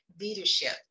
leadership